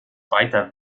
weiter